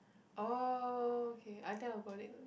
orh okay I think I got it